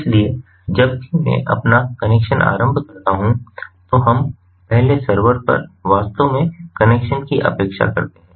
इसलिए जब भी मैं अपना कनेक्शन आरंभ करता हूं तो हम पहले सर्वर पर वास्तव में कनेक्शन की अपेक्षा करते हैं